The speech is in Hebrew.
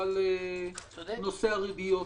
בגלל נושא הריביות